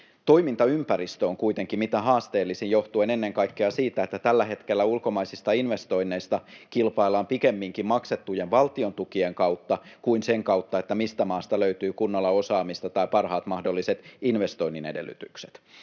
Toimintaympäristö on kuitenkin mitä haasteellisin johtuen ennen kaikkea siitä, että tällä hetkellä ulkomaisista investoinneista kilpaillaan pikemminkin maksettujen valtiontukien kautta kuin sen kautta, mistä maasta löytyy kunnolla osaamista tai parhaat mahdolliset investoinnin edellytykset.